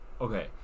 okay